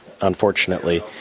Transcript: unfortunately